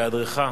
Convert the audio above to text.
בהיעדרך,